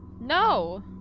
No